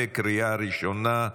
בקריאה הראשונה.